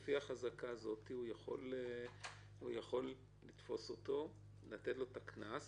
לפי החזקה הזאת הוא יכול לתפוס אותו ולתת לו את הקנס,